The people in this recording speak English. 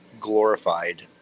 glorified